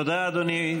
תודה, אדוני.